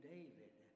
David